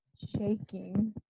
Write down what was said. shaking